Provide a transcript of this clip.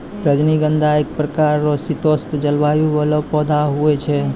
रजनीगंधा एक प्रकार रो शीतोष्ण जलवायु वाला पौधा हुवै छै